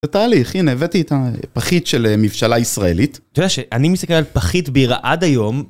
זה תהליך, הנה הבאתי את הפחית של מבשלה ישראלית. אתה יודע שאני מסתכל על פחית בירה עד היום.